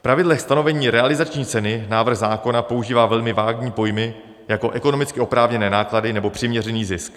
V pravidlech stanovení realizační ceny návrh zákona používá velmi vágní pojmy, jako ekonomicky oprávněné náklady nebo přiměřený zisk.